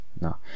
no